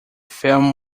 film